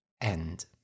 end